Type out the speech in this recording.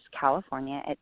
California